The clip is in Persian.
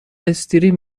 استریم